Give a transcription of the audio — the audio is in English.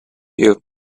you